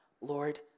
Lord